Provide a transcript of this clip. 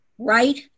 right